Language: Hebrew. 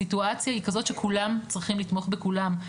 הסיטואציה היא כזאת שכולם צריכים לתמוך בכולם,